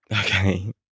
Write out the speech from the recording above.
Okay